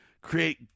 create